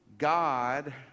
God